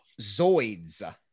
Zoids